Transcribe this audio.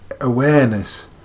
awareness